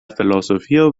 filozofio